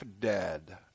dead